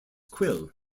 quill